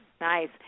nice